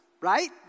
right